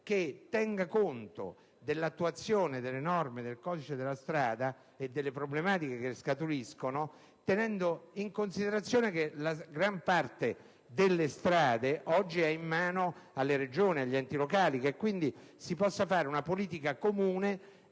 che tenga conto dell'attuazione delle norme del codice della strada e delle problematiche che ne scaturiscono, considerando il fatto che la gran parte delle strade oggi è in mano alle Regioni e agli enti locali. Ciò al fine di fare una politica comune,